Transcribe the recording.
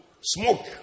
smoke